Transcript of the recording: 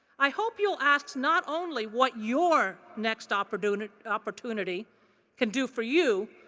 i hope you will ask not only what your next opportunity opportunity can do for you,